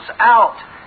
out